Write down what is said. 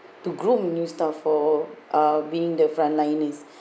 to groom new staff for being the front liners